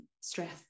stress